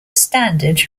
standard